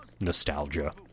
nostalgia